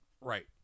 Right